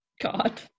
God